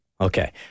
Okay